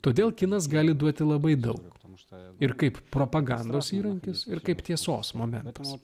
todėl kinas gali duoti labai daug pamušta ir kaip propagandos įrankis ir kaip tiesos momentas